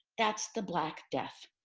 that's the black death.